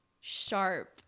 sharp